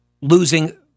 losing –